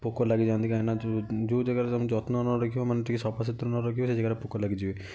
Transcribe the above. ପୋକ ଲାଗିଯାଆନ୍ତି କାହିଁକି ନା ଯେଉଁ ଜାଗାରେ ତମେ ଯତ୍ନ ନ ରଖିବ ମାନେ ଟିକେ ସଫାସୁତୁରା ନ ରଖିବ ସେଇ ଜାଗାରେ ପୋକ ଲାଗିଯିବେ